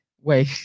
wait